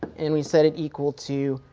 and we set it equal to